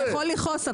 אתה יכול לכעוס,